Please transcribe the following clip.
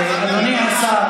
אדוני השר,